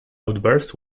outbursts